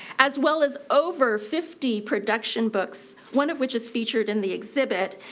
as well as over fifty production books, one of which is featured in the exhibit.